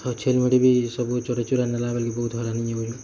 ଆଉ ଛେଲ ମେଢ଼ୀ ବି ସବୁ ଚରେଇ ଚୁରା ନେଲା ବେଲି ବହୁତ ହଇରାଣ ହେଇ ଗଲୁ